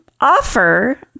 offer